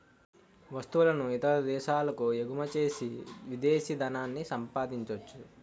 వస్తువులను ఇతర దేశాలకు ఎగుమచ్చేసి విదేశీ ధనాన్ని సంపాదించొచ్చు